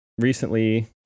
recently